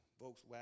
Volkswagen